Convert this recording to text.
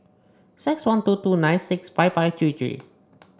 six one two two nine six five five three three